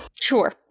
sure